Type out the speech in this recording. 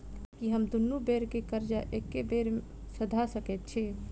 की हम दुनू बेर केँ कर्जा एके बेर सधा सकैत छी?